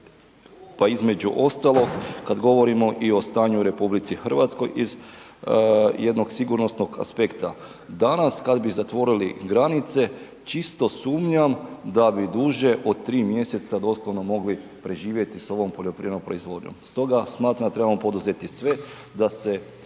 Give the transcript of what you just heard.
pa između ostalog i kada govorimo o stanju u RH iz jednog sigurnosnog aspekta. Danas kada bi zatvorili granice, čisto sumnjam da bi duže od tri mjeseca doslovno mogli preživjeti s ovom poljoprivrednom proizvodnjom. Stoga smatram da trebamo poduzeti sve da se